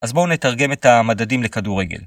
אז בואו נתרגם את המדדים לכדורגל.